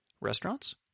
Restaurants